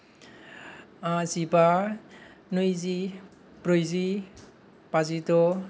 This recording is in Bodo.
जिबा नैजि ब्रैजि बाजिद'